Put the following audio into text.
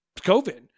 COVID